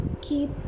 keep